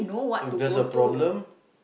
if there's a problem